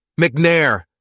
McNair